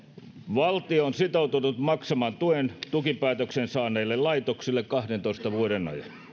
valtio on sitoutunut maksamaan tuen tukipäätöksen saaneille laitoksille kahdentoista vuoden ajan